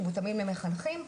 שמותאמים למחנכים,